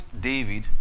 David